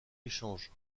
échange